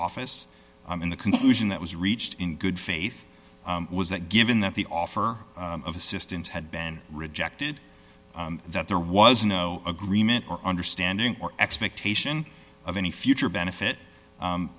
office in the conclusion that was reached in good faith was that given that the offer of assistance had been rejected that there was no agreement or understanding or expectation of any future benefit